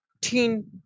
teen